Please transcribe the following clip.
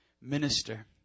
minister